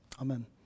Amen